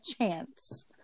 chance